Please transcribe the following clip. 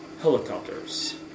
Helicopters